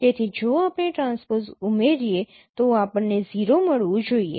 તેથી જો આપણે ટ્રાન્સપોઝ ઉમેરીએ તો આપણને 0 મળવું જોઈએ